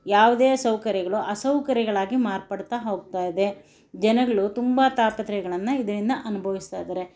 ಯಾವುದೇ ಸೌಕರ್ಯಗಳು ಅಸೌಕರ್ಯಗಳಾಗಿ ಮಾರ್ಪಡುತ್ತಾ ಹೋಗ್ತಾ ಇದೆ ಜನಗಳು ತುಂಬ ತಾಪತ್ರಯಗಳನ್ನು ಇದರಿಂದ ಅನುಭವಿಸ್ತಾ ಇದ್ದಾರೆ